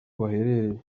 baherereye